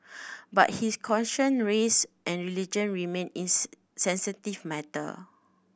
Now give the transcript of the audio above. but he is cautioned race and religion remained sensitive matter